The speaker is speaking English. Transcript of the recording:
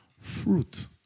fruit